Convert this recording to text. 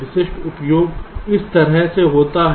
विशिष्ट उपयोग इस तरह से होता है